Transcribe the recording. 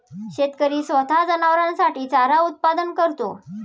शेतकरी स्वतः जनावरांसाठी चारा उत्पादन करतो